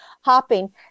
hopping